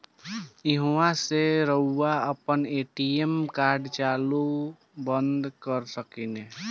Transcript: ईहवा से रऊआ आपन ए.टी.एम कार्ड के चालू बंद कर सकेनी